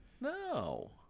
No